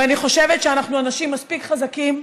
ואני חושבת שאנחנו אנשים מספיק חזקים,